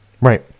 right